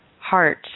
heart